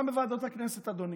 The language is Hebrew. גם בוועדות הכנסת, אדוני,